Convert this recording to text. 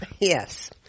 yes